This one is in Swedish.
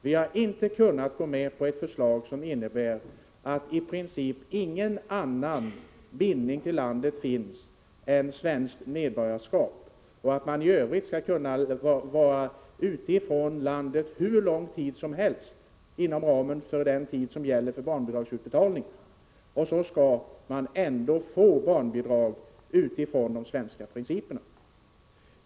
Vi har inte kunnat gå med på ett förslag som innebär att i princip ingen annan bindning till landet finns än svenskt medborgarskap. Det betyder alltså att man kan vistas utanför landet hur lång tid som helst inom ramen för den tid som gäller för barnbidragsutbetalningen, men ändå få barnbidrag i enlighet med de principer som tillämpas här hemma.